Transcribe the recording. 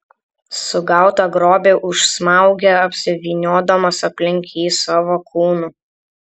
sugautą grobį užsmaugia apsivyniodamas aplink jį savo kūnu